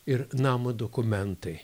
ir namo dokumentai